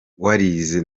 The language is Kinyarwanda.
warize